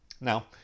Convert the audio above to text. Now